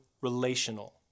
relational